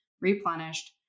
replenished